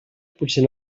potser